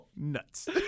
Nuts